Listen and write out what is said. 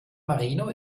marino